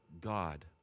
God